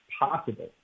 possible